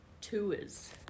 tours